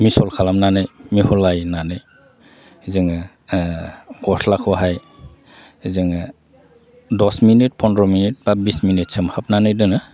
मिसल खालामनानै मिखलायनानै जोङो गस्लाखौहाय जोङो दस मिनिट फनद्र' मिनिट बा बिस मिनिट सोमहाबनानै दोनो